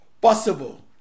possible